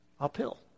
uphill